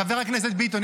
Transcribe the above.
חבר הכנסת ביטון,